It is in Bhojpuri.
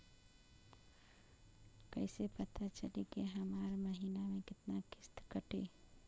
कईसे पता चली की हमार महीना में कितना किस्त कटी?